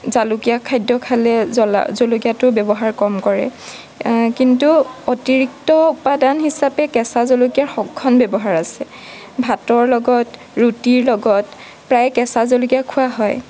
জালুকীয়া খাদ্য খালে জ্বলা জলকীয়াটো ব্যৱহাৰ কম কৰে কিন্তু অতিৰিক্ত উপাদান হিচাপে কেঁচা জলকীয়াৰ সক্ষম ব্যৱহাৰ আছে ভাতৰ লগত ৰুটিৰ লগত প্ৰায় কেঁচা জলকীয়া খোৱা হয়